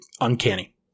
uncanny